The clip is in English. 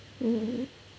mm